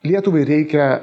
lietuvai reikia